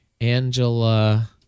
Angela